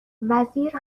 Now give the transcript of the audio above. وزیر